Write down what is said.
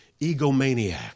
egomaniac